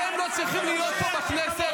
אתה לא צריכים להיות פה בכנסת,